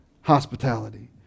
hospitality